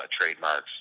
trademarks